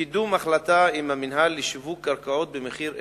קידום החלטה עם המינהל לשיווק קרקעות במחיר אפס,